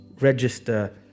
register